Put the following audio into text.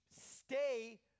stay